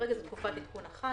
כרגע זאת תקופת עדכון אחת